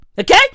Okay